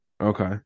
Okay